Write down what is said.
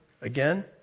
again